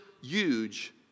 huge